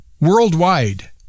worldwide